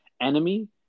enemy